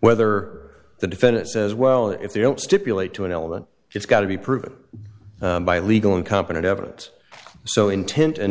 whether the defendant says well if they don't stipulate to an element it's got to be proven by legal and competent evidence so intent and